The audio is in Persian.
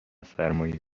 سرمایه